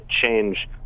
change